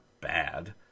bad